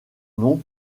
nom